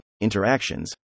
interactions